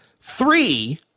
three